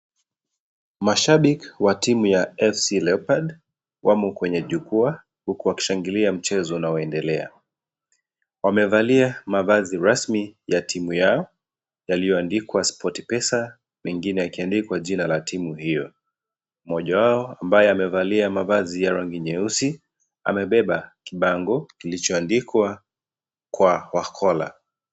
Mashabiki wa timu ya AFC Leopards wamo kwenye jukwaa huku wakishangilia mchezo unaoendelea, wamevalia mavazi rasmi ya timu yao yaliyo andikwa Sportpesa mengine yakiandikwa jina la timu hiyo, moja wao ambaye amevalia mavazi ya rangi nyeusi amebeba kibango kilochoandikwa khwakhola .